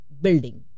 building